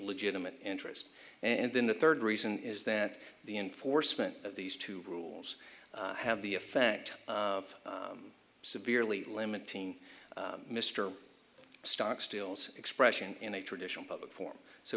legitimate interest and then the third reason is that the enforcement of these two rules have the effect of severely limiting mr stock still's expression in a traditional public form so